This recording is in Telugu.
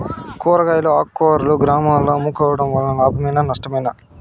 కూరగాయలు ఆకుకూరలు గ్రామాలలో అమ్ముకోవడం వలన లాభమేనా నష్టమా?